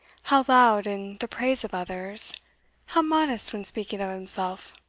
how loud in the praise of others how modest when speaking of himself!